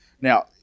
Now